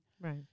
Right